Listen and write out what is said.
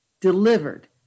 delivered